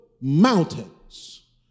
mountains